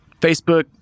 Facebook